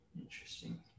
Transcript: interesting